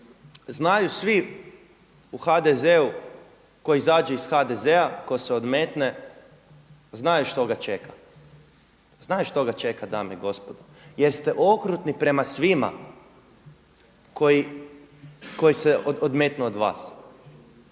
znaju svi u HDZ-u tko izađe iz HDZ-a ko se odmetne znaju što ga čega, znaju što ga čega dame i gospodo jer ste okrutni prema svima koji se odmetnuo od vas.